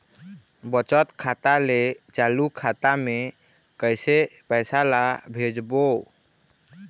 बचत खाता ले चालू खाता मे कैसे पैसा ला भेजबो?